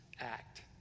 act